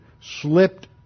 slipped